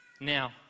Now